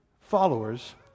followers